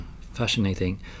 fascinating